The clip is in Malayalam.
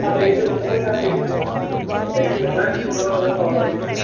ആ ഡേറ്റ് നിങ്ങൾ ആ ഡേറ്റ് ഒന്ന് തന്നാൽ ഡേറ്റ് തന്നാൽ നമ്മൾ അത് ഓൾറെഡി ബുക്ക് ചെയ്യാൻ പറ്റും